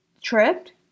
tripped